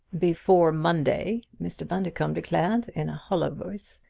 before monday, mr. bundercombe declared, in a hollow voice,